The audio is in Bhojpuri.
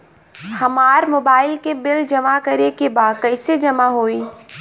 हमार मोबाइल के बिल जमा करे बा कैसे जमा होई?